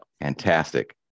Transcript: Fantastic